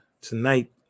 tonight